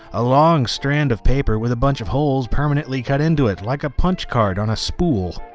a long strand of paper with a bunch of holes permanently cut into it like a punch card on a spool.